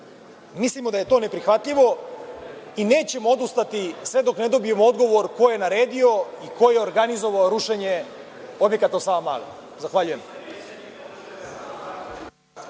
Mislimo da je to neprihvatljivo i nećemo odustati sve dok ne dobijem odgovor ko je naredio i ko je organizovao rušenje objekata u Savamali. Zahvaljujem.